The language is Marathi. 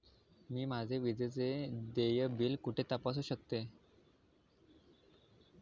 मी माझे विजेचे देय बिल कुठे तपासू शकते?